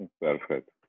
Perfect